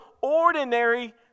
ordinary